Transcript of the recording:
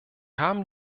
haben